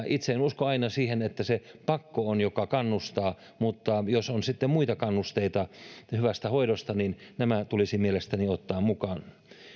itse en usko aina siihen että se on pakko joka kannustaa mutta jos on sitten muita kannusteita hyvästä hoidosta niin nämä tulisi mielestäni ottaa mukaan